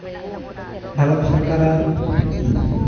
ᱵᱷᱟᱨᱚᱛ ᱥᱚᱨᱠᱟᱨᱟᱜ